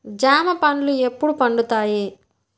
జామ పండ్లు ఎప్పుడు పండుతాయి?